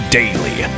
daily